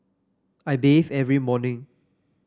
I bathe every morning